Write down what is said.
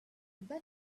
bet